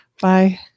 bye